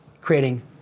Creating